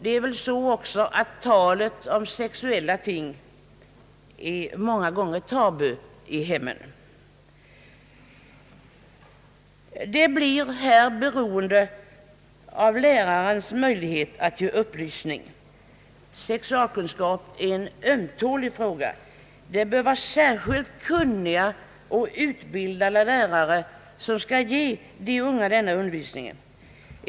Det är väl också på det sättet att talet om sexuella ting många gånger är tabu i hemmen. Undervisningen i skolorna blir beroende av lärarnas möjlighet att ge upplysning. Sexualkunskap är en ömtålig fråga, och särskilt kunniga och väl utbildade lärare bör ge de unga denna undervisning.